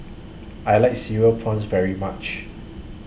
I like Cereal Prawns very much